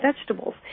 vegetables